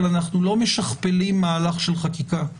אבל אנחנו לא משכפלים מהלך של חקיקה.